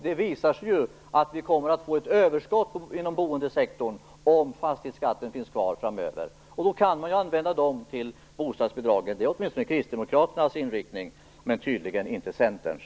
Det visar sig att vi kommer att få ett överskott inom boendesektorn om fastighetsskatten finns kvar framöver. Man kan använda de pengarna till bostadsbidragen. Det är Kristdemokraternas inriktning, men tydligen inte Centerns.